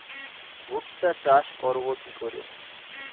ভুট্টা চাষ করব কি করে?